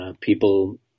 people